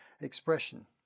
expression